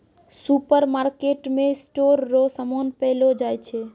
सुपरमार्केटमे स्टोर रो समान पैलो जाय छै